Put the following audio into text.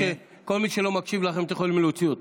כל מי שלא מקשיב לכם, אתם יכולים להוציא אותו.